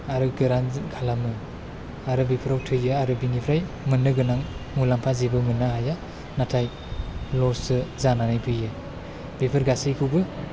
आरो गोरान खालामो आरो बेफोराव थैया आरो बेनिफ्राय मोन्नो गोनां मुलाम्फा जेबो मोननो हाया नाथाय लससो जानानै फैयो बेफोर गासैखौबो